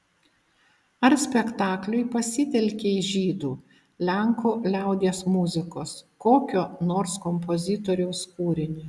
ar spektakliui pasitelkei žydų lenkų liaudies muzikos kokio nors kompozitoriaus kūrinį